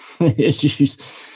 issues